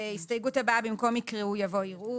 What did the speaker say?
ההסתייגות הבאה, במקום "יקראו" יבוא יראו.